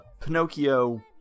Pinocchio